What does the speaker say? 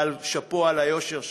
אבל שאפו על היושר שלך.